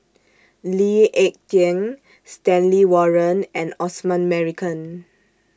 Lee Ek Tieng Stanley Warren and Osman Merican